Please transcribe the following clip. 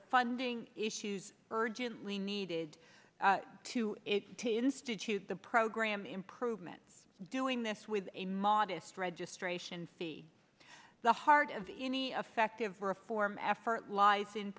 funding issues urgently needed to institute the program improvements doing this with a modest registration fee the heart of any effective reform effort lies in